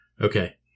Okay